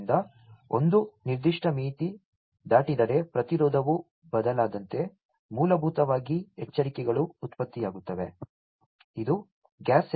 ಆದ್ದರಿಂದ ಒಂದು ನಿರ್ದಿಷ್ಟ ಮಿತಿ ದಾಟಿದರೆ ಪ್ರತಿರೋಧವು ಬದಲಾದಂತೆ ಮೂಲಭೂತವಾಗಿ ಎಚ್ಚರಿಕೆಗಳು ಉತ್ಪತ್ತಿಯಾಗುತ್ತವೆ